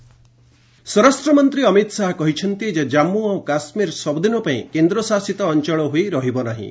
ଅମିତ ଶାହା ସ୍ୱରାଷ୍ଟ୍ରମନ୍ତ୍ରୀ ଅମିତ ଶାହା କହିଛନ୍ତି ଯେ ଜାମ୍ମୁ ଓ କାଶ୍ମୀର ସବୁଦିନ ପାଇଁ କେନ୍ଦ୍ରଶାସିତ ଅଞ୍ଚଳ ହୋଇ ରହିବ ନାହିଁ